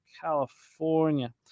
California